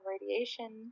radiation